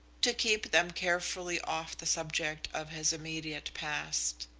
to keep them carefully off the subject of his immediate past.